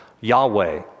Yahweh